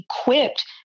equipped